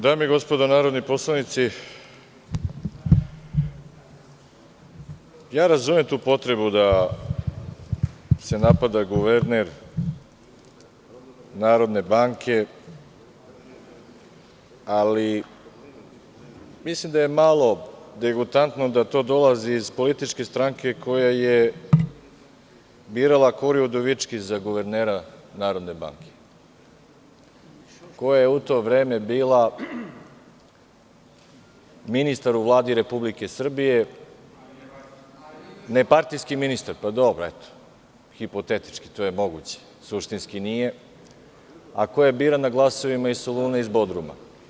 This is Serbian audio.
Dame i gospodo narodni poslanici, razumem tu potrebu da se napada guverner Narodne banke, ali mislim da je malo degutantno da to dolazi iz političke stranke koja je birala Kori Udovički za guvernera Narodne banke, koja je u to vreme bila ministar u Vladi Republike Srbije, nepartijski ministar, dobro, to je hipotetički moguće, a suštinski nije, a koja je birana glasovima iz Soluna i iz Bodruma.